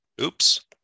Oops